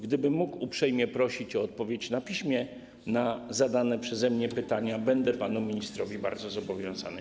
Gdybym mógł uprzejmie prosić o odpowiedź na piśmie na zadane przeze mnie pytania, byłbym panu ministrowi bardzo zobowiązany.